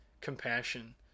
compassion